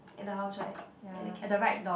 at the house right at the cafe